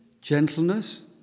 gentleness